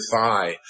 thigh